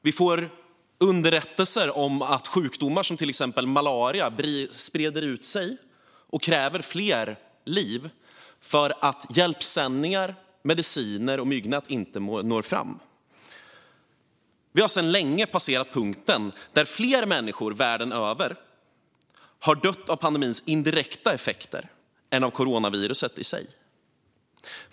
Vi får underrättelser om att sjukdomar som till exempel malaria breder ut sig och kräver fler liv, på grund av att hjälpsändningar, mediciner och myggnät inte når fram. Vi har sedan länge passerat punkten där fler människor världen över har dött av pandemins indirekta effekter än av coronaviruset i sig.